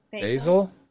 basil